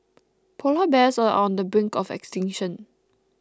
Polar Bears are on the brink of extinction